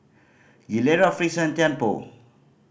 Gilera Frixion and Tianpo